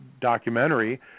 documentary